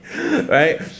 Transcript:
right